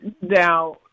now